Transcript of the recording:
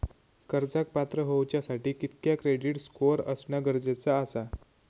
कर्जाक पात्र होवच्यासाठी कितक्या क्रेडिट स्कोअर असणा गरजेचा आसा?